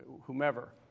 whomever